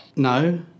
No